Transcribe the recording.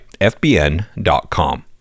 fbn.com